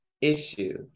issue